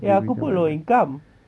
eh aku pun low income